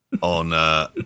on